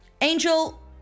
Angel